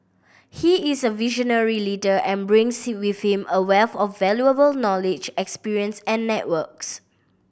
he is a visionary leader and brings with him a wealth of valuable knowledge experience and networks